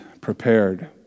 prepared